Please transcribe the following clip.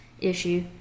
issue